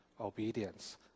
obedience